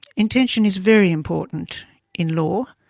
intention is very important in law.